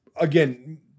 again